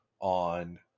on